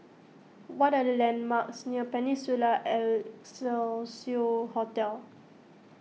what are the landmarks near Peninsula Excelsior Hotel